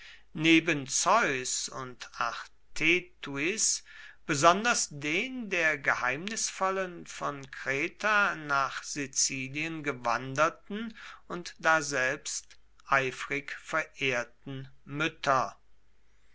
neben zeus und artetuis besonders den der geheimnisvollen von kreta nach sizilien gewanderten und daselbst eifrig verehrten mütter